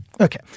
okay